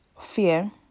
fear